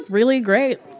really great